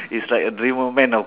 it's like a dreamer man of